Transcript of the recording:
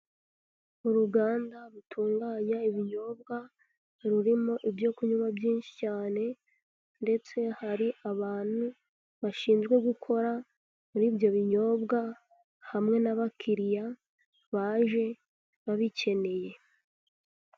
Uruganda rutunganya ibinyobwa rurimo ibyo kunywa byinshi cyane ndetse hari abantu bashinzwe gukora muri ibyo binyobwa, hamwe n'abakiriya baje abikeneye.